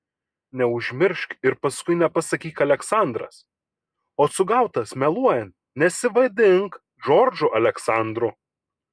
neužmiršk ir paskui nepasakyk aleksandras o sugautas meluojant nesivadink džordžu aleksandru